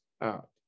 out